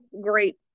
great